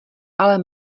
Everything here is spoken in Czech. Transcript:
ale